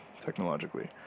technologically